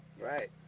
Right